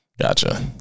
Gotcha